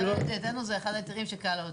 אצלנו זה אחד ההיתרים שקל להוציא.